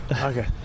Okay